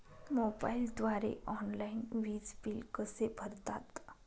मोबाईलद्वारे ऑनलाईन वीज बिल कसे भरतात?